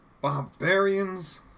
barbarians